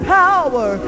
power